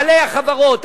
בעלי החברות,